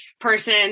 person